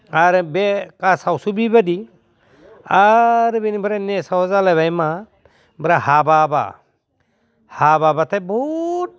आरो बे कासआवसो बिबादि आरो बिनिफ्राय नेक्स्टआव जालायबाय मा ओमफ्राय हाबाब्ला हाबाब्लाथाय बहुद